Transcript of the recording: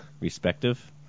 Respective